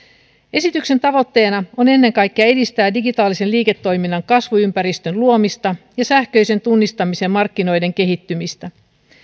esityksen tavoitteena on ennen kaikkea edistää digitaalisen liiketoiminnan kasvuympäristön luomista ja sähköisen tunnistamisen markkinoiden kehittymistä